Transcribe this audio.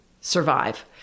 survive